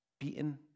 beaten